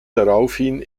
daraufhin